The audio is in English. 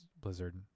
Blizzard